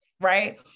right